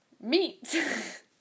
Meat